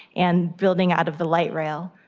and building out of the light rail.